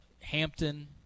Hampton –